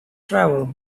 travel